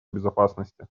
безопасности